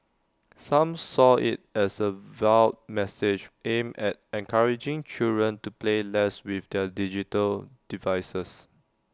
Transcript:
some saw IT as A veiled message aimed at encouraging children to play less with their digital devices